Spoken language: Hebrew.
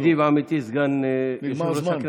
ידידי ועמיתי סגן יושב-ראש הכנסת,